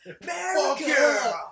America